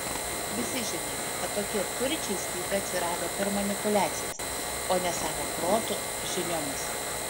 visi žinome kad tokie turčiai staiga atsirado per manipuliacijas o ne savo protu žiniomis